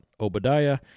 Obadiah